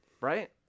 Right